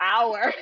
hour